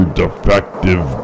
defective